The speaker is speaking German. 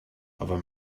aber